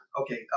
Okay